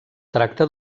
tracta